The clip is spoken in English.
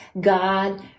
God